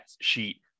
sheet